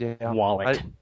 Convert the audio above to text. Wallet